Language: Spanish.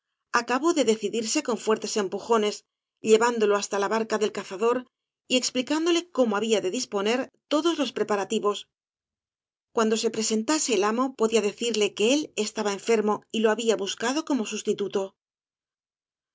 acabó de decidirle con fuertes empujones llevándolo hasta la barca del cazador y explicándole cómo había de disponer todos los preparativos cuando se presentase el amo podía decirle que él estaba enfermo y lo había buscado como sustituto